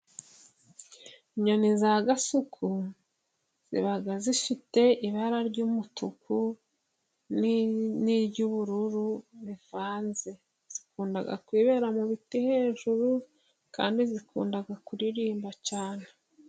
Inyoni za gasuku ziba zifite ibara ry'umutuku n'iry'ubururu bivanze. Zikunda kwibera mu biti hejuru, kandi zikunda kuririmba cyane.